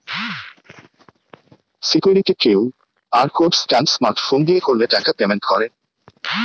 security QR code scan smartphone দিয়ে করলে টাকা পেমেন্ট করে